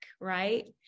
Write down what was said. right